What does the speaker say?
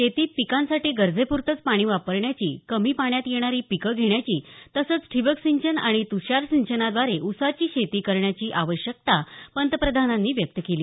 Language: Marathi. शेतीत पिकांसाठी गरजेप्रतेच पाणी वापरण्याची कमी पाण्यात येणारी पिकं घेण्याची तसंच ठिबकसिंचन आणि तुषारसिंचनाद्वारे ऊसाची शेती करण्याची आवश्यकता पंतप्रधानांनी व्यक्त केली